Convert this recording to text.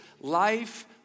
Life